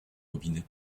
robinet